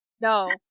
No